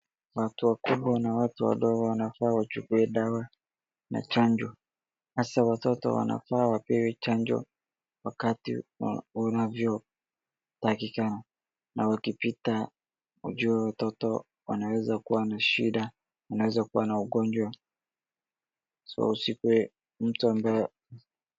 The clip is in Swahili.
Watu wakubwa na watu wadogo wanafaa wachukue dawa na chanjo, hasaa watoto wanafaa wapewe chanjo wakati unavyotakikana na wakipita ujue watoto wanaweza kuwa na shida, wanaweza kuwa na ugonjwa, so usikuwe mtu ambaye.